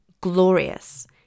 glorious